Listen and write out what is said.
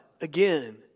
again